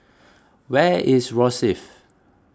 where is Rosyth